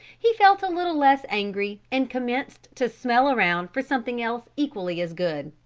he felt a little less angry and commenced to smell around for something else equally as good.